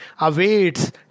Awaits